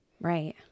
Right